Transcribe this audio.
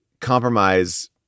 compromise